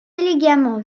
élégamment